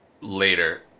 later